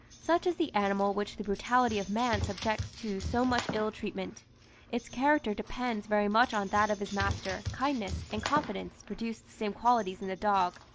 such is the animal which the brutality of man subjects to so much ill-treatment its character depends very much on that of his master, kindness and confidence produce the same qualities in the dog,